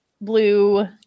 blue